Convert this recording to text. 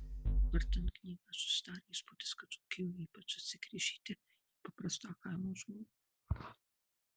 vartant knygą susidarė įspūdis kad dzūkijoje ypač atsigręžėte į paprastą kaimo žmogų